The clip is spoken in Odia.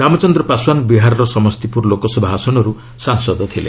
ରାମଚନ୍ଦ୍ର ପାଶ୍ୱାନ୍ ବିହାରର ସମସ୍ତିପୁର ଲୋକସଭା ଆସନର୍ତ୍ତ ସାଂସଦ ଥିଲେ